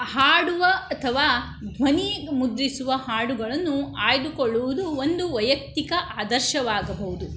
ಹಾಡುವ ಅಥವಾ ಧ್ವನಿ ಮುದ್ರಿಸುವ ಹಾಡುಗಳನ್ನು ಆಯ್ದುಕೊಳ್ಳುವುದು ಒಂದು ವೈಯಕ್ತಿಕ ಆದರ್ಶವಾಗಭೌದು